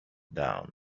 down